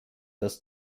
das